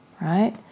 right